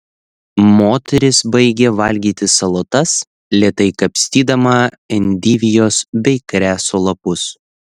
moteris baigė valgyti salotas lėtai kapstydama endivijos bei kreso lapus